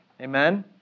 Amen